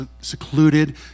secluded